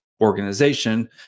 organization